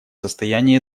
состоянии